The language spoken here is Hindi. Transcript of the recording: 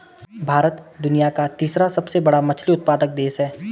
भारत दुनिया का तीसरा सबसे बड़ा मछली उत्पादक देश है